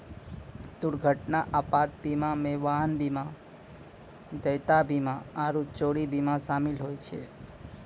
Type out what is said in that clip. दुर्घटना आपात बीमा मे वाहन बीमा, देयता बीमा आरु चोरी बीमा शामिल होय छै